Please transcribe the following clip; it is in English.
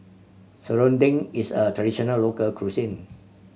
serunding is a traditional local cuisine